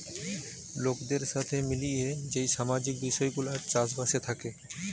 লোকদের সাথে মিলিয়ে যেই সামাজিক বিষয় গুলা চাষ বাসে থাকে